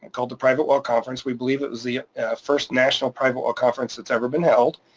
called the private well conference. we believe it was the first national private well conference that's ever been held,